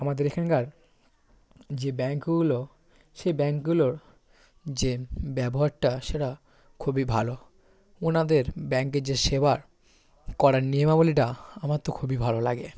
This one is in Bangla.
আমাদের এখানকার যে ব্যাংকগুলো সেই ব্যাংকগুলোর যে ব্যবহারটা সেটা খুবই ভালো ওনাদের ব্যাংকের যে সেবার করার নিয়মাবলিটা আমার তো খুবই ভালো লাগে